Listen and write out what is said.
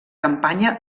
campanya